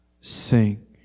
Sing